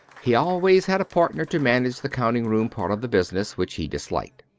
he always had a partner to manage the counting-room part of the business, which he disliked.